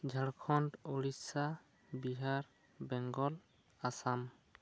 Jharkhand Odisha Bihar Bengal Assam